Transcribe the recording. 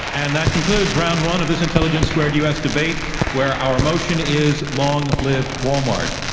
and that concludes round one of this intelligence squared u. s. debate where our motion is, long live walmart.